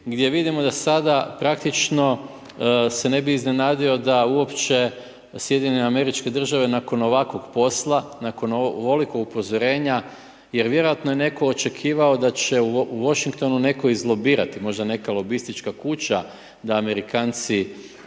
gdje vidimo da sada praktično se ne bi iznenadio da uopće SAD nakon ovakvog posla, nakon ovoliko upozorenja, jer vjerojatno je netko očekivao da će u Washingtonu netko izlobirati, možda neka lobistička kuća da Amerikanci